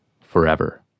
forever